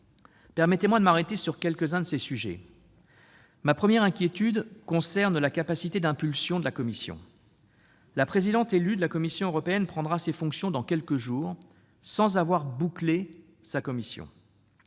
Permettez-moi de m'arrêter sur quelques-uns de ces sujets. Ma première inquiétude concerne la capacité d'impulsion de la Commission européenne. La présidente élue prendra ses fonctions dans quelques jours sans avoir bouclé sa Commission.